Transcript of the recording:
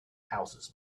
houses